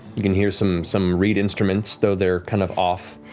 you can hear some some reed instruments, though they're kind of off.